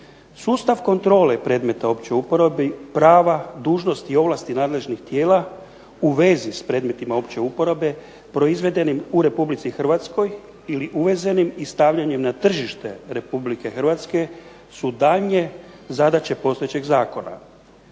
Sustav kontrole predmeta opće uporabe, prava, dužnosti i ovlasti nadležnih tijela u vezi s predmetima opće uporabe proizvedenim u RH ili uvezenim i stavljanjem na tržište RH su daljnje zadaće postojećeg zakona.